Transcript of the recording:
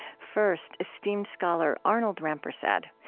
first, esteemed scholar arnold rampersad.